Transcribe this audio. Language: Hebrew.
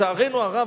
לצערנו הרב,